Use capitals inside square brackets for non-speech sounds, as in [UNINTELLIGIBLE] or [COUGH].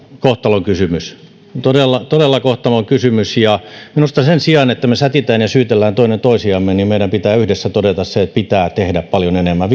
kohtalonkysymys todella todella kohtalonkysymys ja minusta sen sijaan että me sätimme ja syyttelemme toinen toisiamme meidän pitää yhdessä todeta se että pitää tehdä paljon enemmän [UNINTELLIGIBLE]